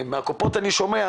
ומהקופות אני שומע,